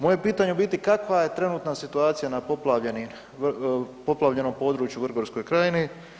Moje je pitanje u biti, kakva je trenutna situacija na poplavljenom području u vrgorskoj krajini?